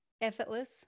Effortless